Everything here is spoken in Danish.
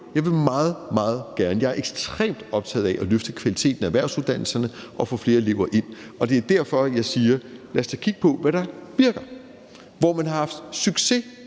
meget, meget gerne, og jeg er ekstremt optaget af at løfte kvaliteten af erhvervsuddannelserne og få flere elever ind. Det er derfor, jeg siger, at lad os da kigge på, hvad der virker, hvor man har haft succes